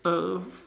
err